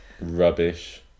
Rubbish